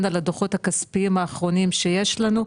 על הדוחות הכספיים האחרונים שיש לנו,